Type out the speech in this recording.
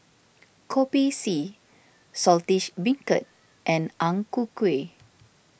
Kopi C Saltish Beancurd and Ang Ku Kueh